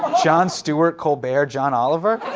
jon stewart, colbert, john oliver.